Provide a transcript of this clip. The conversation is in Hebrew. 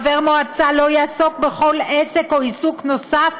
חבר מועצה לא יעסוק בכל עסק או עיסוק נוסף,